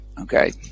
okay